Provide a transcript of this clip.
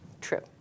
True